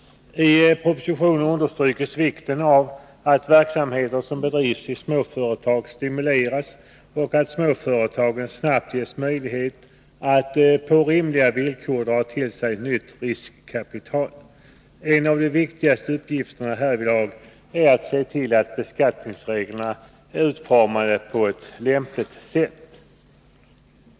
I propositionen understryks vikten av att verksamheter som bedrivs i småföretag stimuleras och att småföretagen snabbt ges möjlighet att på rimliga villkor dra till sig nytt riskkapital. En av de viktigaste uppgifterna härvidlag är att se till att beskattningsreglerna är utformade på ett lämpligt sätt.